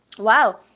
Wow